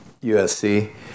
USC